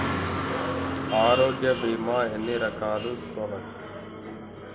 ఆరోగ్య బీమా ఎన్ని రకాలు?